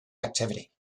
activity